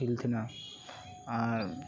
feel ᱛᱮᱱᱟᱜ ᱟᱨ